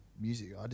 music